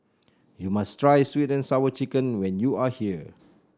you must try sweet and Sour Chicken when you are here